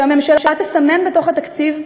שהממשלה תסמן בתוך התקציב,